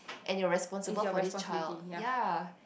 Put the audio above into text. and you're responsible for this child ya